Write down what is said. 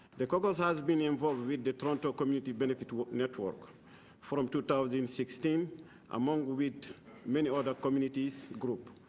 the caucus has been involved with the toronto community benefit network from two thousand and sixteen among which many other communities group.